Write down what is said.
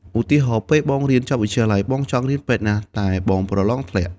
ឧទាហរណ៍ ពេលបងរៀនចប់វិទ្យាល័យ បងចង់រៀនពេទ្យណាស់ តែបងប្រឡងធ្លាក់។